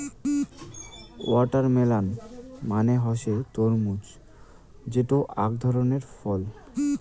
watermelon মানে হসে তরমুজ যেটো আক ধরণের ফল